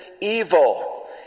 evil